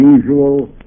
usual